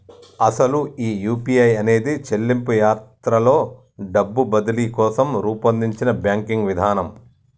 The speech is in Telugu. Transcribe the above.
అసలు ఈ యూ.పీ.ఐ అనేది చెల్లింపు యాత్రలో డబ్బు బదిలీ కోసం రూపొందించిన బ్యాంకింగ్ విధానం